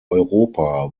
europa